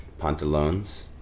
pantalones